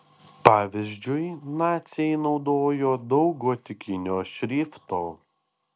pavyzdžiui naciai naudojo daug gotikinio šrifto